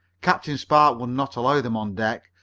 captain spark would not allow them on deck,